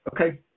Okay